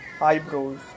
eyebrows